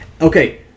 Okay